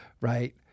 right